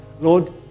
Lord